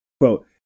quote